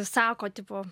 sako tipo